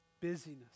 busyness